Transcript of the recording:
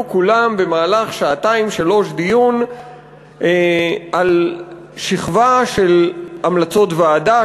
כולם במהלך שעתיים-שלוש דיון על שכבה של המלצות ועדה,